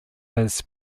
his